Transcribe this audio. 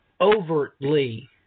overtly